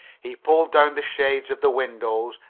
he pulled down the shades of the windows,